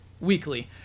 weekly